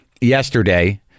yesterday